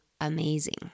amazing